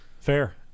Fair